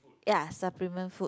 ya supplement food